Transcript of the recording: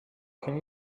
can